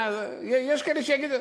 יש כאלה שיגידו.